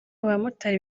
bamotari